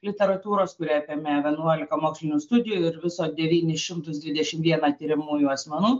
literatūros kuri apėmė vienuolika mokslinių studijų ir viso devynis šimtus dvidešimt vieną tiriamųjų asmenų